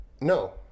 No